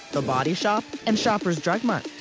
the body shop and shoppers drug mart.